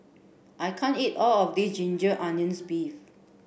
I can't eat all of this ginger onions beef